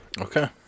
Okay